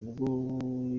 ubwo